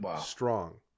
strong